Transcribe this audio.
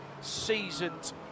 seasoned